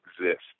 exist